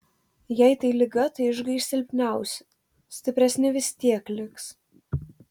jei tai liga tai išgaiš silpniausi stipresni vis tiek liks